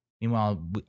Meanwhile